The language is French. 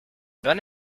bonne